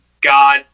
God